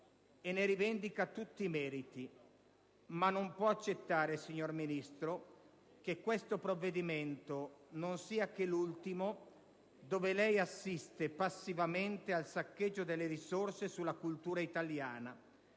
e ne rivendica tutti i meriti. Il Partito Democratico non può però accettare, signor Ministro, che questo provvedimento non sia che l'ultimo in cui lei assiste passivamente al saccheggio delle risorse sulla cultura italiana,